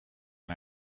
and